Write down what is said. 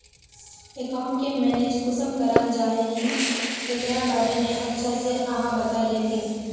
Account के manage कुंसम कराल जाय है की एकरा बारे में अच्छा से आहाँ बता देतहिन?